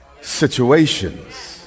situations